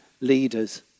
leaders